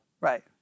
Right